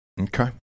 Okay